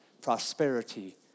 prosperity